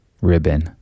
ribbon